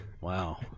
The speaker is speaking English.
Wow